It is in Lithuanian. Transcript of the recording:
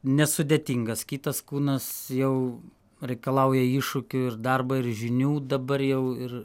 nesudėtingas kitas kūnas jau reikalauja iššūkių ir darba ir žinių dabar jau ir